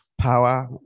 Power